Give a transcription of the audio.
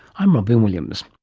i'm robyn williams